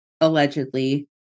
allegedly